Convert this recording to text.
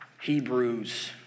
Hebrews